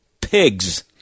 pigs